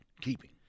keeping